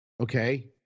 Okay